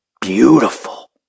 beautiful